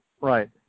right